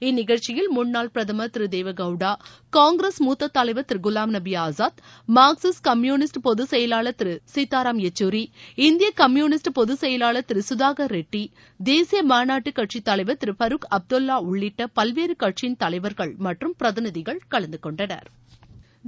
இந்நிகழ்ச்சியில் முன்னாள் பிரதமா் திரு தேவே கவுடா காங்கிரஸ் மூத்த தலைவா் திரு குவாம்நபி ஆஸாத் மார்க்சிஸ்ட் கம்யுனிஸ்ட் பொதுச்செயலாளர் திரு சீதாராம் யச்சூரி இந்திய கம்யுனிஸ்ட் பொதுச்செயலாளா் திரு சுதாகா் ரெட்டி தேசிய மாநாட்டுக் கட்சி தலைவா் திரு ஃபரூக் அப்துல்வா உள்ளிட்ட பல்வேறு கட்சியின் தலைவா்கள் மற்றும் பிரதிநிதிகள் கலந்து கொண்டனா்